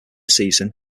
season